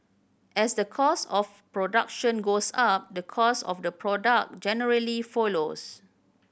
as the cost of production goes up the cost of the product generally follows